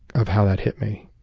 of how that hit me.